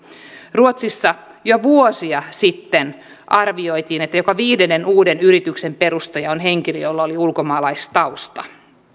ruotsissa jo vuosia sitten arvioitiin että joka viidennen uuden yrityksen perustaja on henkilö jolla on ulkomaalaistausta